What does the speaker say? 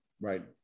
Right